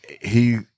he-